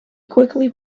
quickly